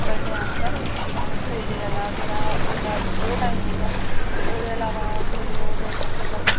पढ़ने आस्तै जां सबैह्रे आह्ला थोह्ड़ा होऐ दा ओह् टाइम मिलदा ऐ ते ओह्दे अलावा कोई होर मतलब